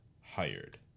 hired